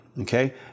Okay